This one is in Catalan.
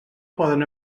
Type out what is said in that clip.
poden